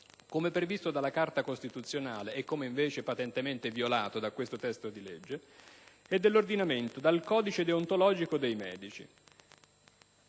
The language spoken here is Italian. come previsto dalla Carta costituzionale - e come invece patentemente violato dal testo di legge in esame - e dal codice deontologico dei medici.